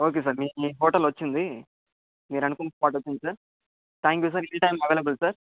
okay sir మీ hotel వచ్చింది మీరనుకున్న స్పాట్ వచ్చింది sir thank you sir any time available sir